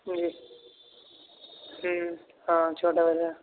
جی ہوں ہاں چھوٹا بازار